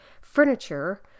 furniture